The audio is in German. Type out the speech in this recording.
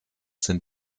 sind